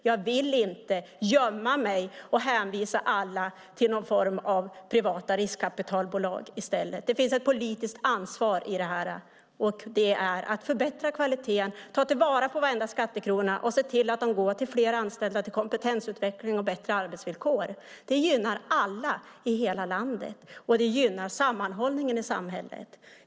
Jag vill inte gömma mig och i stället hänvisa alla till någon form av privata riskkapitalbolag. Det finns ett politiskt ansvar i detta. Det är att förbättra kvaliteten, ta vara på varje skattekrona och se till att de går till fler anställda, kompetensutveckling och bättre arbetsvillkor. Det gynnar alla i hela landet och sammanhållningen i samhället.